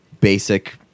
basic